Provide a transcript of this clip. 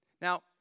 Now